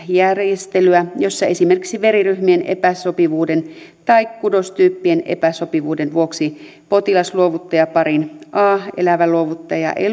järjestelyä jossa esimerkiksi veriryhmien epäsopivuuden tai kudostyyppien epäsopivuuden vuoksi potilas luovuttaja parin a elävä luovuttaja ei